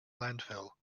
landfill